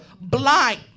blind